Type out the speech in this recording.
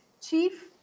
chief